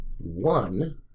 One